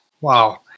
Wow